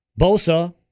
Bosa